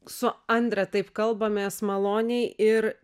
su andre taip kalbamės maloniai ir